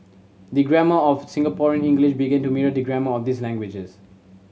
the grammar of Singaporean English begin to mirror the grammar of these languages